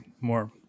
more